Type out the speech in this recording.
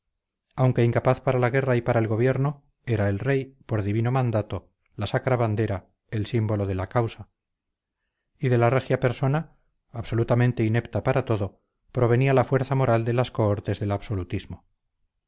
aunque incapaz para la guerra y para el gobierno era el rey por divino mandato la sacra bandera el símbolo de la causa y de la regia persona absolutamente inepta para todo provenía la fuerza moral de las cohortes del absolutismo